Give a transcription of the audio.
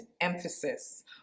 emphasis